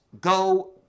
go